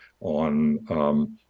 on